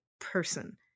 person